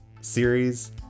series